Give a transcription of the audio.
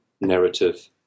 narrative